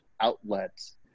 outlets